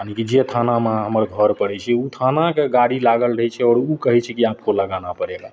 आकि जे थानामे अहाँ हमर घर पड़ै छै ओ थानाके गाड़ी लागल रहै छै आओर ओ कहै छै कि आपको लगाना पड़ेगा